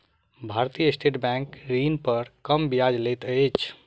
भारतीय state bank ऋण पर कम ब्याज लैत अछि